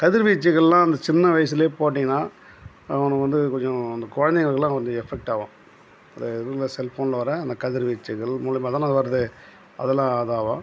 கதிர்வீச்சுகள்லாம் அந்த சின்ன வயசில் போட்டீங்கன்னால் அவனுக்கு வந்து கொஞ்சம் அந்த குழந்தைங்களுக்கெல்லாம் கொஞ்சம் எஃபெக்ட் ஆகும் அந்த இதில் செல்ஃபோனில் வர அந்த கதிர்வீச்சுகள் மூலிமாதான அது வருது அதெல்லாம் இதாகவும்